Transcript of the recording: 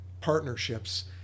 partnerships